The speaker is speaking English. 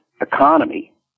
economy